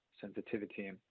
sensitivity